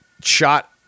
shot